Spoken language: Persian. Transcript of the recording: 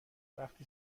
وقتی